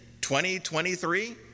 2023